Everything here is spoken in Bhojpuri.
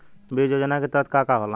बीज योजना के तहत का का होला?